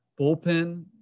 bullpen –